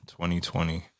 2020